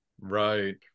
right